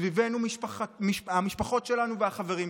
סביבנו המשפחות שלנו והחברים שלנו.